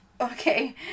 okay